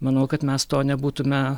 manau kad mes to nebūtume